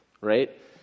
right